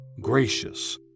Gracious